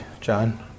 John